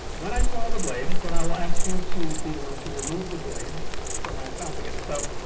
when i swallow the blade then i will ask you to be the one to remove the blade from my oesophagus. so